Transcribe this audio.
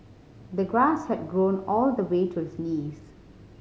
the grass had grown all the way to his knees